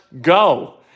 go